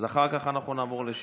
אז צריך להיות מאמין, ולדבוק באמת